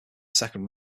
second